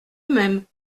même